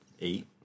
eight